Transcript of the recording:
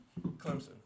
Clemson